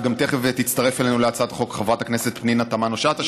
גם תכף תצטרף אלינו להצעת החוק חברת הכנסת פנינו תמנו-שטה,